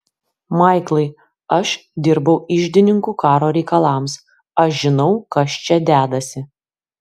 maiklai aš dirbau iždininku karo reikalams aš žinau kas čia dedasi